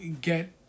get